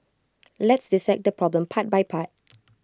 let's dissect the problem part by part